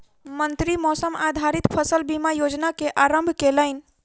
मंत्री मौसम आधारित फसल बीमा योजना के आरम्भ केलैन